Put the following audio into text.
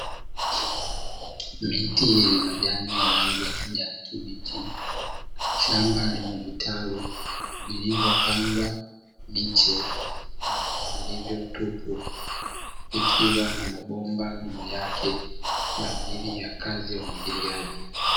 Miti yenye majani ya rangi ya kijani kibichi, shamba lenye vitalu vilivyopandwa miche na vilivyotupu, vikiwa na mabomba juu yake kwa ajili ya kazi ya umwagiliaji.